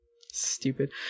Stupid